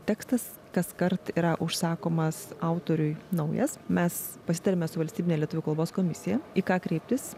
tekstas kaskart yra užsakomas autoriui naujas mes pasitariame su valstybine lietuvių kalbos komisija į ką kreiptis